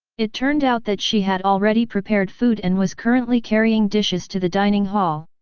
it turned out that she had already prepared food and was currently carrying dishes to the dining hall.